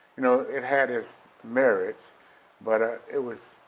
you know, it had its merits but ah it was,